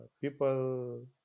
people